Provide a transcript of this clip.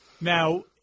Now